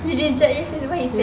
you reject him why